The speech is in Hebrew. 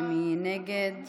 מי נגד?